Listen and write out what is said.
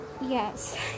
Yes